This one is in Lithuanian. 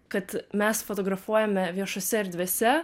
kad mes fotografuojame viešose erdvėse